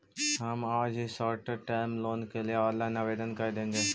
हम आज ही शॉर्ट टर्म लोन के लिए ऑनलाइन आवेदन कर देंगे